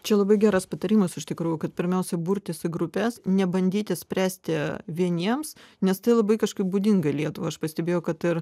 čia labai geras patarimas iš tikrųjų kad pirmiausia burtis į grupes nebandyti spręsti vieniems nes tai labai kažkaip būdinga lietuvai aš pastebėjau kad ir